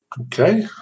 Okay